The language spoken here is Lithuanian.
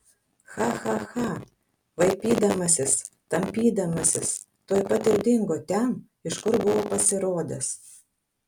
cha cha cha vaipydamasis tampydamasis tuoj pat ir dingo ten iš kur buvo pasirodęs